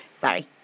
Sorry